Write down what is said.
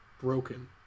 broken